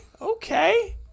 okay